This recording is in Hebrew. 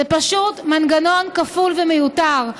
זה פשוט מנגנון כפול ומיותר.